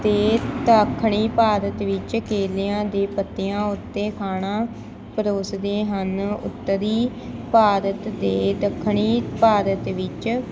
ਅਤੇ ਦੱਖਣੀ ਭਾਰਤ ਵਿੱਚ ਕੇਲਿਆਂ ਦੇ ਪੱਤਿਆਂ ਉੱਤੇ ਖਾਣਾ ਪਰੋਸਦੇ ਹਨ ਉੱਤਰੀ ਭਾਰਤ ਦੇ ਦੱਖਣੀ ਭਾਰਤ ਵਿੱਚ